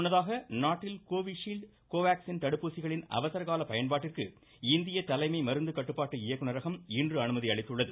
முன்னதாக நாட்டில் Covishield Covaxin தடுப்பூசிகளின் அவசரகால பயன்பாட்டிற்கு இந்திய தலைமை மருந்து கட்டுப்பாட்டு இயக்குநரகம் இன்று அனுமதி அளித்துள்ளது